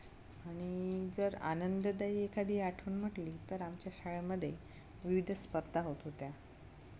आणि जर आनंददायी एखादी आठवण म्हटली तर आमच्या शाळेमध्ये विविध स्पर्धा होत होत्या